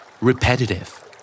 Repetitive